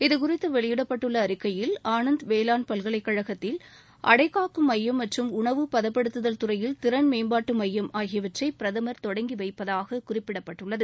இதுகுறித்து வெளியிடப்பட்டுள்ள அறிக்கையில் ஆனந்த் வேளாண் பல்கலைக்கழகத்தில் அடைகாக்கும் மையம் மற்றும் உணவு பதப்படுத்துதல் துறையில் திறன் மேம்பாட்டு மையம் ஆகியவற்றை தொடங்கி வைக்கிறார்